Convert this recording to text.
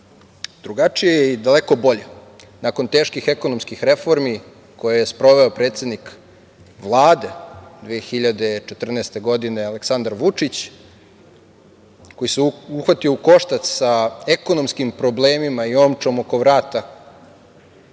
drugačije i daleko bolje. Nakon teških ekonomskih reformi koje je sproveo predsednik Vlade 2014. godine Aleksandar Vučić, koji se uhvatio u koštac sa ekonomskim problemima i omčom oko vrata